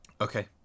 Okay